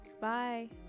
Bye